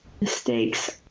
mistakes